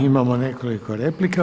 Imamo nekoliko replika.